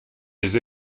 les